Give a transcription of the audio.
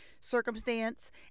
circumstance